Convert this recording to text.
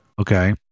Okay